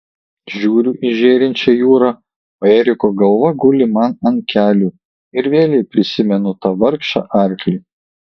žiūriu į žėrinčią jūrą o eriko galva guli man ant kelių ir vėlei prisimenu tą vargšą arklį